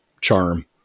charm